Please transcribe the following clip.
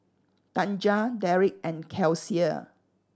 Tanja Derek and Kelsea